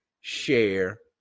share